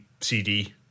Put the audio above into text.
CD